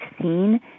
seen